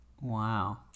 wow